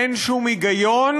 אין שום היגיון,